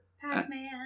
Pac-Man